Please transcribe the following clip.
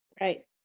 right